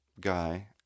guy